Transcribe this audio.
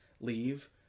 leave